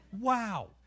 Wow